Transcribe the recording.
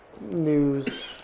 news